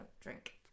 drink